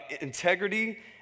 integrity